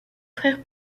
frères